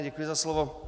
Děkuji za slovo.